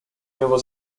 него